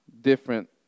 different